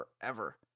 forever